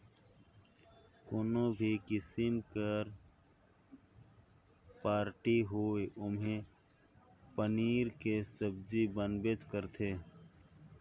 कोनो भी किसिम के पारटी होये ओम्हे पनीर के सब्जी बनबेच करथे